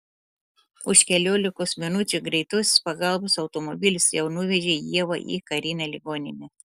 už keliolikos minučių greitosios pagalbos automobilis jau nuvežė ievą į karinę ligoninę